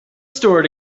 store